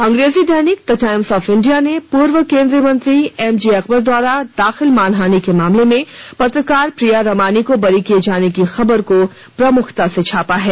अंग्रेजी दैनिक the Times of India ने पूर्व केंद्रीय मंत्री एमजे अकबर द्वारा दाखिल मान हानि के मामले में पत्रकार प्रिया रमानी को बरी किये जाने की खबर को प्रमुखता से छापा है